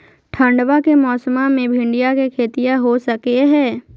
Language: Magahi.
ठंडबा के मौसमा मे भिंडया के खेतीया हो सकये है?